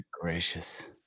gracious